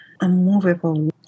unmovable